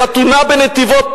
בחתונה בנתיבות,